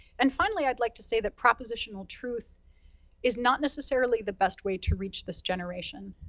and finally, i'd like to say that propositional truth is not necessarily the best way to reach this generation.